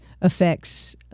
affects